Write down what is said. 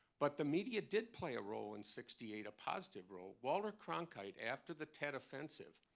but the media did play a role in sixty eight a positive role. walter cronkite, after the tet offensive,